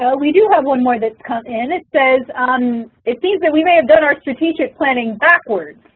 so we do have one more that's come in. it says um it seems that we may have done our strategic planning backwards.